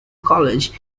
college